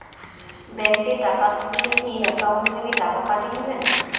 Bank এ টাকা থাকিলে কি একাউন্ট থাকি টাকা কাটি নিবেন?